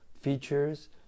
features